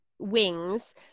Wings